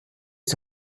die